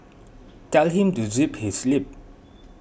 tell him to zip his lip